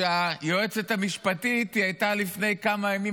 היועצת המשפטית הייתה לפני כמה ימים,